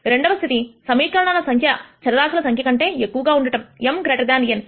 రెండవ స్థితి సమీకరణాల సంఖ్య చరరాశుల సంఖ్య కంటే ఎక్కువగా ఉండటం m గ్రేటర్ దాన్ n